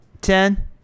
ten